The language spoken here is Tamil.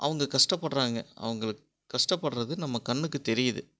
அவங்க கஷ்டப்படுறாங்க அவங்க கஷ்டப்படுறது நம்ம கண்ணுக்கு தெரியுது